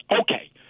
Okay